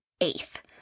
eighth